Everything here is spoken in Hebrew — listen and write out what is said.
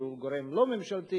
שהיא גורם לא ממשלתי,